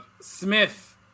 Smith